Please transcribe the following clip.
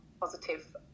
positive